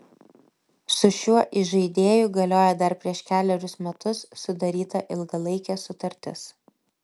su šiuo įžaidėju galioja dar prieš kelerius metus sudaryta ilgalaikė sutartis